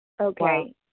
Okay